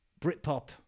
Britpop